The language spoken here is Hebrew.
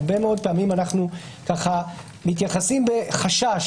הרבה מאוד פעמים אנחנו מתייחסים בחשש